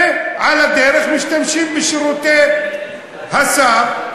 ועל הדרך משתמשים בשירותי השר,